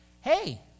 Hey